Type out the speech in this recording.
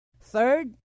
Third